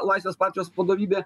laisvės partijos vadovybė